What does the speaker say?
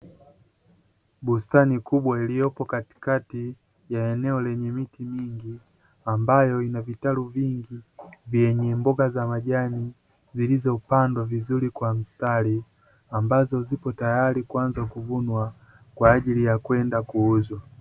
Bustani kubwa iliyopo katikati ya eneo lenye miti mingi ambayo inavitalu vingi ,vyenye mboga za majani zilizopandwa vizuri kwa mstari , ambazo zipo tayari kwenda kuvunwa kwaajili ya kwenda kuuzwa.